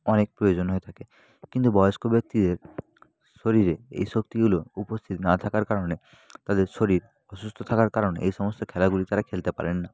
অনেক প্রয়োজন হয়ে থাকে কিন্তু বয়স্ক ব্যক্তিদের শরীরে এই শক্তিগুলো উপস্থিত না থাকার কারণে তাদের শরীর অসুস্থ থাকার কারণে এই সমস্ত খেলাগুলি তারা খেলতে পারেন না